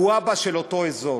הוא אבא של אותו אזור.